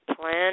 plan